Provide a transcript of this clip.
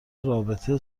رابطه